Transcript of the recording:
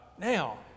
now